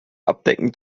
abdecken